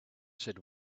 said